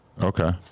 Okay